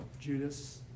Judas